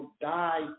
die